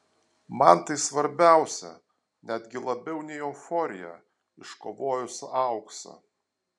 man tai svarbiausia netgi labiau nei euforija iškovojus auksą